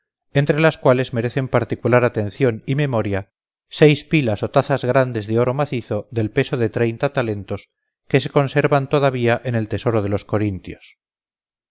entre las cuales merecen particular atención y memoria seis pilas o tazas grandes de oro macizo del peso de treinta talentos que se conservan todavía en el tesoro de los corintios